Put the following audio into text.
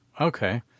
Okay